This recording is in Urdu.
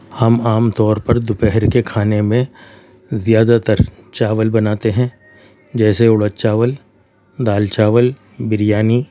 ہم عام طور پر دوپہر کے کھانے میں زیادہ تر چاول بناتے ہیں جیسے ارد چاول دال چاول بریانی